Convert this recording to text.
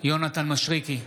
יונתן מישרקי,